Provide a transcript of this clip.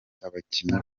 abakinnyi